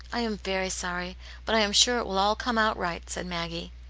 i am very sorry but i am sure it will all come out right, said maggie.